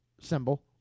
symbol